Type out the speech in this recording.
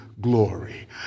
glory